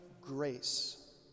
grace